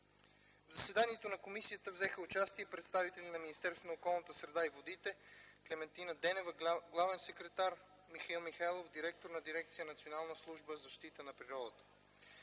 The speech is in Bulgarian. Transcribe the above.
В заседанието на Комисията взеха участие представители на Министерство на околната среда и водите: Клементина Денева – главен секретар, Михаил Михайлов – директор на дирекция „Национална служба за защита на природата”.